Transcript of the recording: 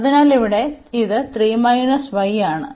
അതിനാൽ ഇവിടെ ഇത് 3 y ആണ്